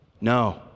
No